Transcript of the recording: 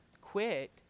quit